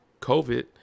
COVID